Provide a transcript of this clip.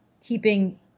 keeping